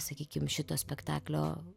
sakykim šito spektaklio